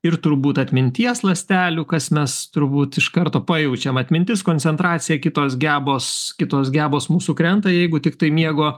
ir turbūt atminties ląstelių kas mes turbūt iš karto pajaučiam atmintis koncentracija kitos gebos kitos gebos mūsų krenta jeigu tiktai miego